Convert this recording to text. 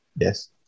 Yes